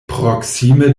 proksime